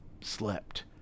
slept